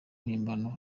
mpimbano